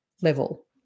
level